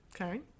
okay